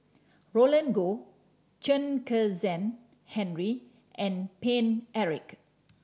Roland Goh Chen Kezhan Henri and Paine Eric